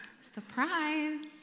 surprise